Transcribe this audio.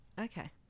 Okay